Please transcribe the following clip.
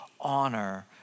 honor